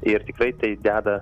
ir tikrai tai deda